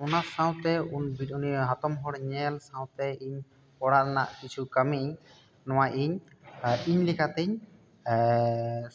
ᱚᱱᱟ ᱥᱟᱶᱛᱮ ᱩᱱᱤ ᱦᱟᱛᱚᱢ ᱦᱚᱲ ᱧᱮᱞ ᱥᱟᱶᱛᱮ ᱤᱧ ᱚᱲᱟᱜ ᱨᱮᱱᱟᱜ ᱠᱤᱪᱷᱩ ᱠᱟᱹᱢᱤ ᱱᱚᱣᱟ ᱤᱧ ᱤᱧ ᱞᱮᱠᱟᱛᱤᱧ